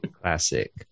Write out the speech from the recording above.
Classic